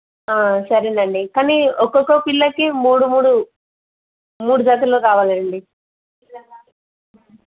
సరేనండి కానీ ఒక్కొక్క పిల్లకి మూడు మూడు మూడు జతలు కావాలండి